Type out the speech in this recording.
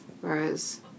Whereas